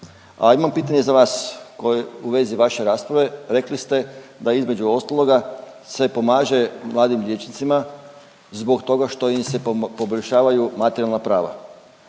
jedno pitanje za vas koje, u vezi vaše rasprave, rekli ste da između ostaloga se pomaže mladim liječnicima zbog toga što im se poboljšavaju materijalna prava.